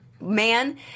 man